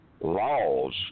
laws